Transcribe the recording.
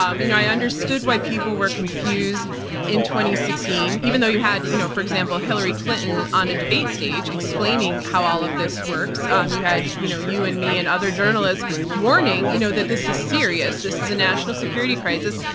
um you know i understood why people were confused in two sixteen, even though you had, you know for example, hillary clinton on a debate stage explaining how all of this works. um you had you know you and me and other journalists warning you know that is serious, this is a national security crisis,